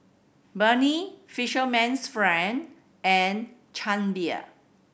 Burnie Fisherman's Friend and Chang Beer